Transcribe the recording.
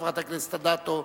חברת הכנסת אדטו,